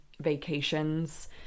vacations